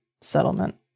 settlement